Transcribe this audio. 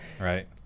Right